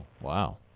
wow